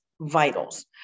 vitals